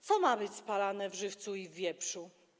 Co ma być spalane w Żywcu i Wieprzu?